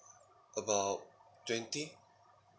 about twenty